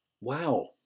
Wow